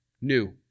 new